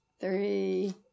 three